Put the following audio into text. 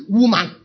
woman